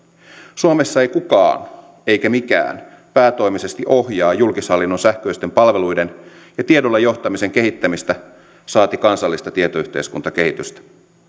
suomessa ei kukaan eikä mikään päätoimisesti ohjaa julkishallinnon sähköisten palveluiden ja tiedolla johtamisen kehittämistä saati kansallista tietoyhteiskuntakehitystä